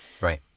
Right